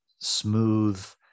smooth